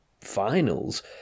finals